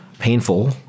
Painful